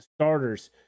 starters